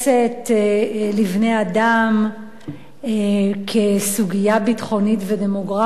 לבני-אדם כאל סוגיה ביטחונית ודמוגרפית